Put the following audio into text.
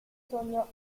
sogno